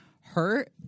hurt